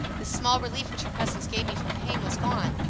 the small relief which her presence gave me from pain was gone,